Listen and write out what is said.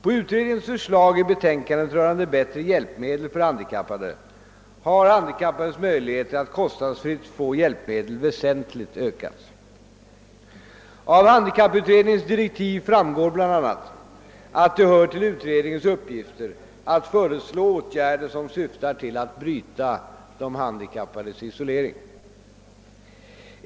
På utredningens förslag i betänkandet rörande bättre hjälpmedel för handikappade har handikappades möjligheter att kostnadsfritt få hjälpmedel väsentligt ökats. Av handikapputredningens direktiv framgår bl.a. att det hör till utredningens uppgifter att föreslå åtgärder som syftar till att bryta de handikappades isolering.